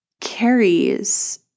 carries